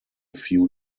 few